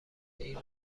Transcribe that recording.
این